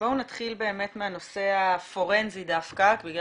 בואו נתחיל באמת מהנושא הפורנזי דווקא, בגלל